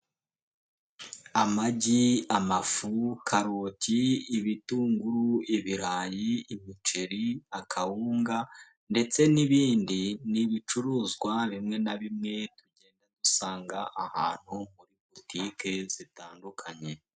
Amagi ,amafu ,karoti ,ibitunguru ,ibirayi ,umuceri, akawunga ndetse n'ibindi n'ibicuruzwa bimwe na bimwe tugenda dusanga ahantu muri botike zitandukanye.